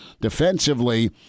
defensively